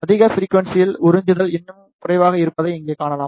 அதிக ஃபிரிக்குவன்ஸியில் உறிஞ்சுதல் இன்னும் குறைவாக இருப்பதை இங்கே காணலாம்